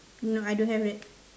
no I don't have that